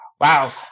Wow